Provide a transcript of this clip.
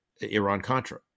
Iran-Contra